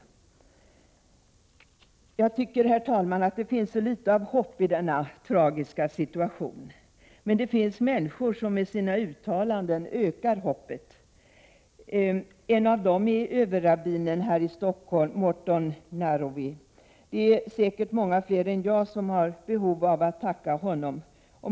Herr talman! Jag tycker att det finns mycket litet av hopp i denna tragiska situation. Men det finns människor som med sina uttalanden ökar hoppet. En av dem är överrabbinen här i Stockholm Morton Narrowe. Det är säkert många fler än jag som har behov av att tacka honom.